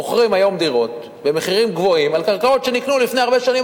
מוכרים היום דירות במחירים גבוהים על קרקעות שנקנו לפני הרבה שנים,